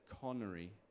Connery